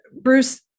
Bruce